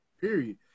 Period